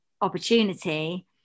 opportunity